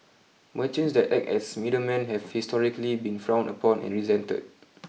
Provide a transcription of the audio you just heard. merchants that act as middlemen have historically been frowned upon and resented